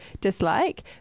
dislike